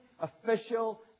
official